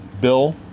bill